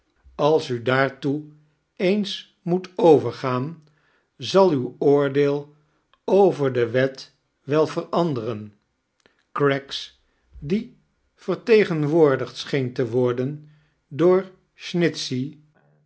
als u daartoe eens moet overgaan zal uw ooirdeel over de wet wel veranderen craggs die vertegenwoordigd scheen te wardem door